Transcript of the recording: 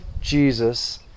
Jesus